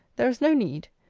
there is no need.